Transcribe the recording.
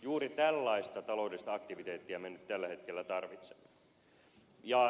juuri tällaista taloudellista aktiviteettia me nyt tällä hetkellä tarvitsemme